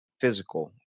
physical